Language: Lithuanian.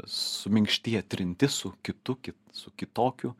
suminkštėja trintis su kitu ki su kitokiu